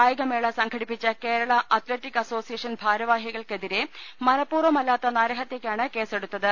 കായികമേള സംഘടിപ്പിച്ച Kerala athletic association ഭാരവാ ഹികൾക്കെതിരെ മനപൂർവ്വമല്ലാത്ത നരഹത്യയ്ക്കാണ് കേസെടുത്തത്